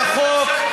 את החוק,